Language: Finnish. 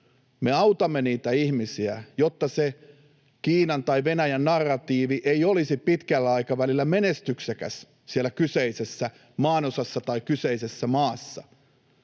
Me autamme niitä ihmisiä, jotta se Kiinan tai Venäjän narratiivi ei olisi pitkällä aikavälillä menestyksekäs siellä kyseisessä maanosassa tai kyseisessä maassa.